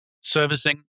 servicing